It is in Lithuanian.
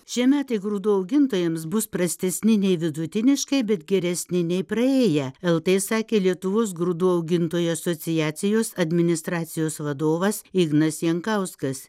šie metai grūdų augintojams bus prastesni nei vidutiniškai bet geresni nei praėję lt sakė lietuvos grūdų augintojų asociacijos administracijos vadovas ignas jankauskas